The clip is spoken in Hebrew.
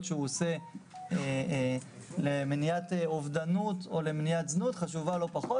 שהוא עושה למניעת אובדנות או מניעת זנות חשובה לא פחות,